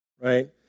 right